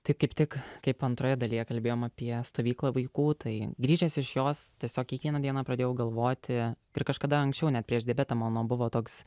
tai kaip tik kaip antroje dalyje kalbėjom apie stovyklą vaikų tai grįžęs iš jos tiesiog kiekvieną dieną pradėjau galvoti ir kažkada anksčiau net prieš debiutą mano buvo toks